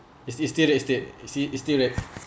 is still is still you see is still there